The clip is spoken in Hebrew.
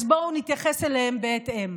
אז בואו נתייחס אליהם בהתאם.